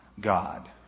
God